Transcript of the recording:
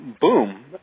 boom